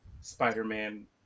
spider-man